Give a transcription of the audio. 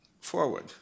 forward